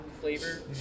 flavor